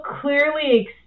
clearly